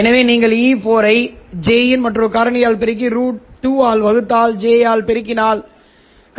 ஆகவே நீங்கள் E4 ஐ j இன் மற்றொரு காரணியால் பெருக்கி √2 ஆல் வகுத்தால் j ஆல் பெருக்கினால்